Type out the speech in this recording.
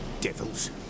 devils